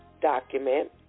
document